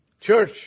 Church